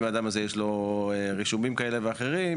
אם לאדם הזה יש רישומים כאלה ואחרים?